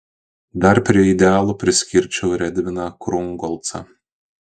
dar prie idealų priskirčiau ir edviną krungolcą